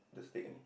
just take only